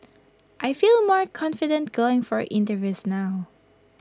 I feel more confident going for interviews now